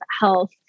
health